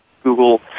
Google